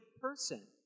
person